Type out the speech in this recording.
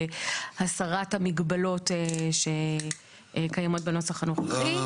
והסרת המגבלות שקיימות בנוסח הנוכחי.